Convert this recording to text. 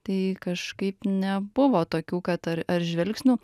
tai kažkaip nebuvo tokių kad ar ar žvilgsnių